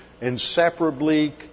inseparably